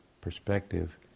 perspective